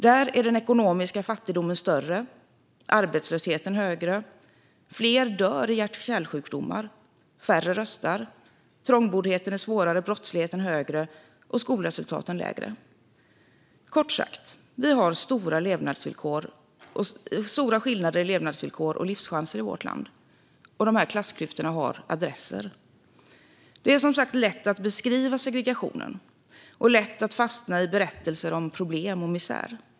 Där är den ekonomiska fattigdomen större och arbetslösheten högre. Fler dör i hjärt-kärlsjukdomar, färre röstar, trångboddheten är svårare, brottsligheten högre och skolresultaten lägre. Kort sagt: Vi har stora skillnader i levnadsvillkor och livschanser i vårt land, och klassklyftorna har adresser. Det är som sagt lätt att beskriva segregationen och lätt att fastna i berättelser om problem och misär.